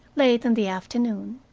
late in the afternoon.